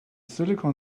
silicon